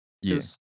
Yes